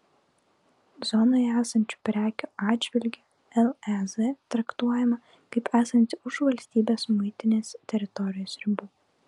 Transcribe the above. zonoje esančių prekių atžvilgiu lez traktuojama kaip esanti už valstybės muitinės teritorijos ribų